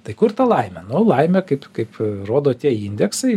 tai kur ta laimė nu laimė kaip kaip rodo tie indeksai x